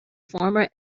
former